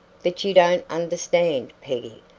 but you don't understand, peggy.